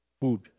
Food